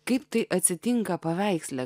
kaip tai atsitinka paveiksle